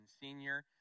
senior